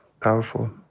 powerful